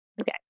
Okay